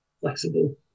flexible